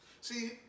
See